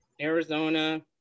Arizona